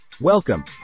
Welcome